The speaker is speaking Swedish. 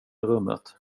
rummet